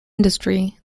industry